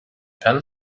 pen